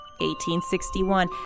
1861